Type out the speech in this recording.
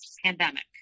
pandemic